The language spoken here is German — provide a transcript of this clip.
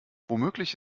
womöglich